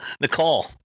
Nicole